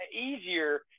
easier